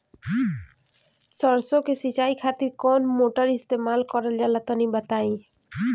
सरसो के सिंचाई खातिर कौन मोटर का इस्तेमाल करल जाला तनि बताई?